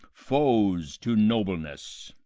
foes to nobleness.